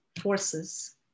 forces